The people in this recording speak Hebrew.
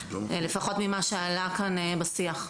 לפחות ממה שעלה כאן בשיח.